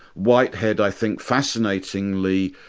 whitehead i think fascinatingly,